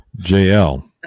JL